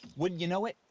wouldn't ya know it?